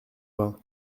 vingt